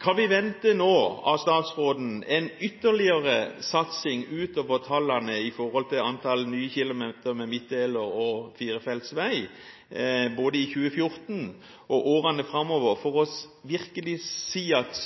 Kan vi nå vente av statsråden en ytterligere satsing – utover antall nye kilometer med midtdelere og firefeltsvei – både i 2014 og i årene framover, for virkelig å kunne si at